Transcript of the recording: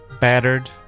battered